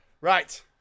Right